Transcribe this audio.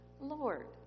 Lord